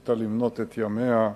ניסית למנות את ימיה.